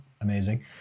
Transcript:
amazing